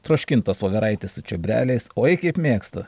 troškintos voveraitės su čiobreliais oi kaip mėgstu